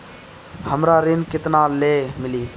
हमरा ऋण केतना ले मिली?